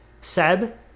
seb